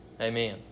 Amen